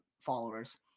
followers